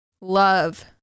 love